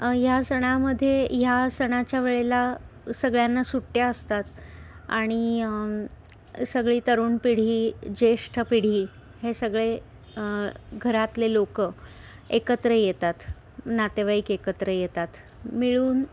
ह्या सणामध्ये ह्या सणाच्या वेळेला सगळ्यांना सुट्ट्या असतात आणि सगळी तरुण पिढी ज्येष्ठ पिढी हे सगळे घरातले लोकं एकत्र येतात नातेवाईक एकत्र येतात मिळून